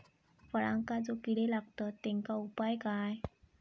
फळांका जो किडे लागतत तेनका उपाय काय?